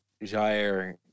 Jair